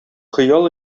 хыял